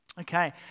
Okay